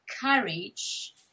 courage